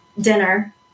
dinner